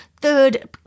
third